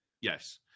Yes